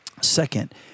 Second